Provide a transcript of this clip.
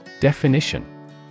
Definition